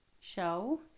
show